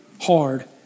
hard